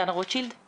אני